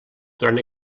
durant